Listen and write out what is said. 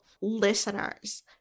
listeners